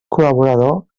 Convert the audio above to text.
col·laborador